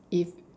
if